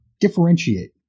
differentiate